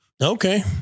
Okay